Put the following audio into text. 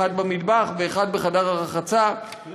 אחד במטבח ואחד בחדר הרחצה.